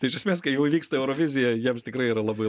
tai iš esmės kai jau vyksta eurovizija jiems tikrai yra labai